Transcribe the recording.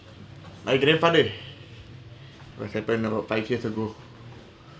my grandfather what happened about five years ago